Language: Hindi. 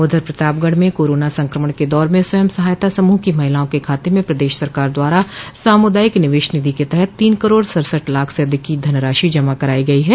उधर प्रतापगढ़ में कोरोना सक्रमण के दौर में स्वयं सहायता सम्ह की महिलाओं के खाते में प्रदेश सरकार द्वारा सामुदायिक निवेश निधि के तहत तीन करोड़ सरसठ लाख से अधिक की धनराशि जमा करायी गई है